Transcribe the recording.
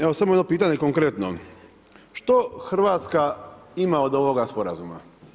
Evo samo jedno pitanje konkretno, što Hrvatska ima od ovoga sporazuma?